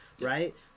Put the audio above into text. right